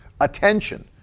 attention